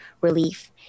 relief